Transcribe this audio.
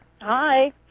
Hi